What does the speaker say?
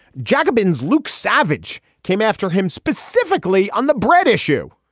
jacobins luke savage came after him specifically on the bread issue.